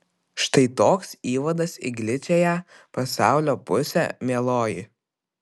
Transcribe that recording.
štai toks įvadas į gličiąją pasaulio pusę mieloji